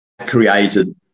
created